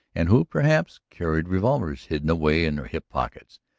and who, perhaps, carried revolvers hidden away in their hip pockets,